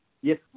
Yes